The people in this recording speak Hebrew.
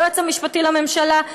היועץ המשפטי לממשלה,